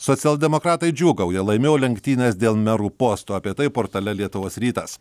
socialdemokratai džiūgauja laimėjo lenktynes dėl merų postų apie tai portale lietuvos rytas